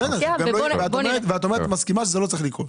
בסדר, ואת מסכימה שזה לא צריך לקרות.